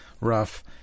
rough